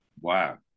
Wow